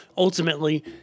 Ultimately